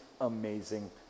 amazing